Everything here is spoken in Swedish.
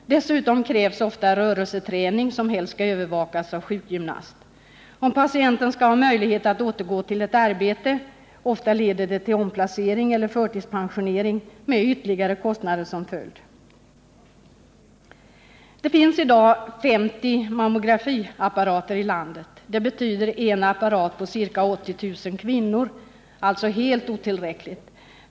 Dessutom krävs ofta rörelseträning, som helst skall övervakas av sjukgymnast, om patienten skall ha möjlighet att återgå till ett arbete. Ofta leder sjukdomen till omplacering eller förtidspensionering med ytterligare kostnader som följd. Det finns i dag 50 mammografiapparater i landet. Det betyder en apparat på ca. 80000 kvinnor, alltså helt otillräckligt.